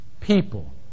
people